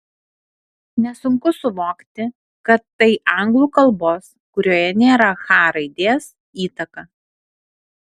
nesunku suvokti kad tai anglų kalbos kurioje nėra ch raidės įtaka